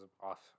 off